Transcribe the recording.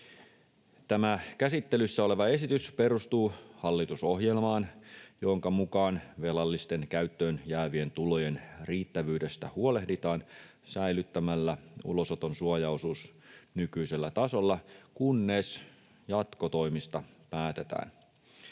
Tämä käsittelyssä oleva esitys perustuu hallitusohjelmaan, jonka mukaan velallisten käyttöön jäävien tulojen riittävyydestä huolehditaan säilyttämällä ulosoton suojaosuus nykyisellä tasolla, kunnes jatkotoimista päätetään.